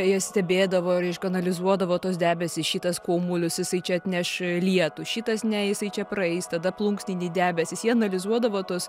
jie stebėdavo reiškia analizuodavo tuos debesis šitas kuomolis jisai čia atneš lietų šitas ne jisai čia praeis tada plunksniniai debesys jie analizuodavo tuos